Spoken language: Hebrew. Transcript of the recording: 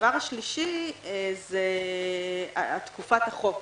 הדבר השלישי הוא תקופת החוק.